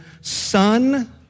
son